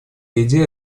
идея